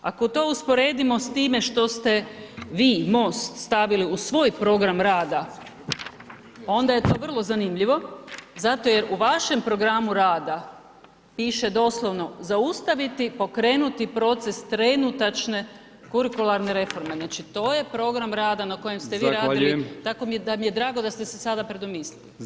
Ako to usporedimo s time što ste vi i MOST stavili u svoj program rada onda je to vrlo zanimljivo zato jer u vašem programu rada piše doslovno, zaustaviti, pokrenuti proces trenutačne kurikularne reforme, znači to je program rada na kojem ste vi radili, tako da mi je drago da ste se sada predomislili.